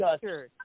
sure